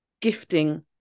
gifting